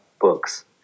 books